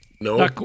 No